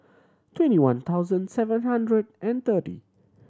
twenty one thousand seven hundred and thirty